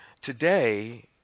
Today